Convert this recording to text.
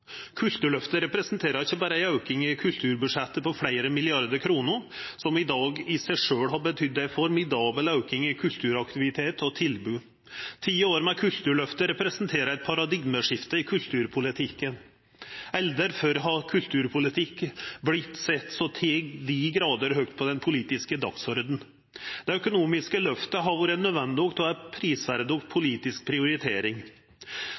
Kulturløftet representerer ikkje berre ei auking i kulturbudsjettet på fleire milliardar kroner, som i seg sjølv har betydd ei formidabel auking i kulturaktivitet og -tilbod. Ti år med Kulturløftet representerer eit paradigmeskifte i kulturpolitikken. Aldri før har kulturpolitikk vorte sett så til dei grader høgt på den politiske dagsordenen. Det økonomiske løftet har vore nødvendig og er ei prisverdig politisk prioritering.